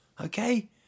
okay